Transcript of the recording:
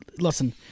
listen